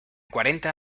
cuarenta